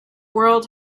world